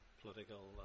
political